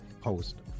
post